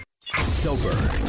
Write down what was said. Sober